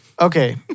Okay